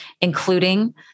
including